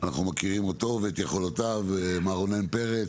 אנחנו מכירים אותו ואת יכולותיו, מר רונן פרץ,